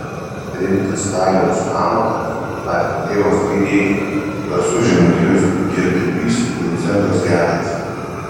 rinktis staliaus amatą jį paskatino tėvas bei dėdė garsus žemaitijos dievdirbys vincentas gečas